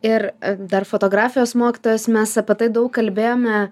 ir dar fotografijos mokytojas mes apie tai daug kalbėjome